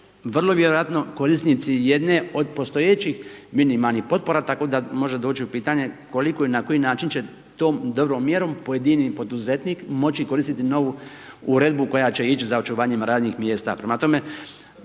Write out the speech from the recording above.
vrlo vjerojatno korisnici jedne od postojećih minimalnih- potpora, tako da može doći u pitanje, koliko i na koji način će to dobrom mjerom pojedini poduzetnik moći koristiti novu uredbu koja će ići za očuvanje radnih mjesta.